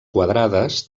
quadrades